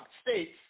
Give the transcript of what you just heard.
states